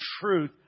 truth